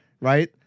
right